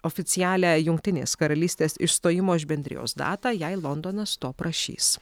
oficialią jungtinės karalystės išstojimo iš bendrijos datą jei londonas to prašys